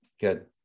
good